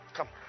Come